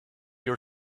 your